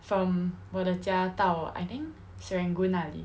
from 我的家到 I think serangoon 那里